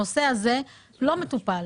הנושא הזה לא מטופל.